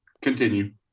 continue